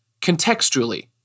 contextually